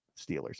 Steelers